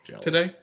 today